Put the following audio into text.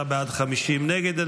33 בעד, 50 נגד.